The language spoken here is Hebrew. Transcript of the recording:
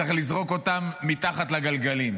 צריך לזרוק מתחת לגלגלים.